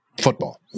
football